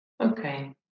Okay